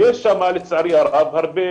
לצערי הרב יש שם הרבה